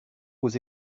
aux